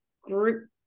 group